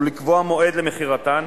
ולקבוע מועד למכירתן,